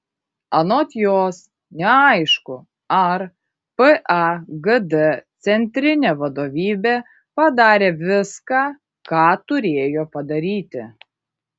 anot jos neaišku ar pagd centrinė vadovybė padarė viską ką turėjo padaryti